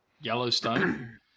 Yellowstone